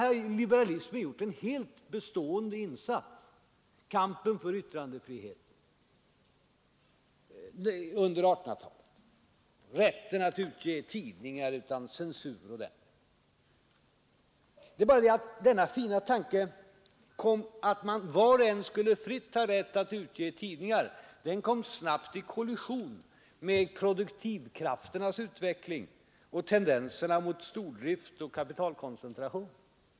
Och liberalismen har gjort en helt bestående insats i kampen för yttrandefriheten under 1800-talet, t.ex. i fråga om rätten att utge tidningar utan censur m.m. Det är bara det att denna fina tanke att var och en skulle ha rätt att fritt utge tidningar snabbt kom i kollision med produktionskrafternas utveckling och tendenserna mot stordrift och kapitalkoncentration.